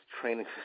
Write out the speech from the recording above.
training